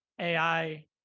AI